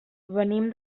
venim